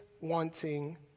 wanting